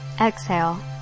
exhale